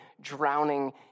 drowning